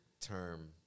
term